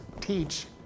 teach